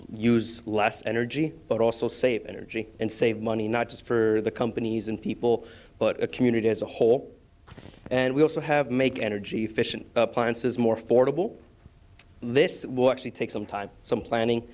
use less energy but also save energy and save money not just for the companies and people but a community as a whole and we also have make energy efficient appliances more fordable this will actually take some time some planning